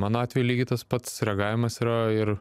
mano atveju lygiai tas pats reagavimas yra ir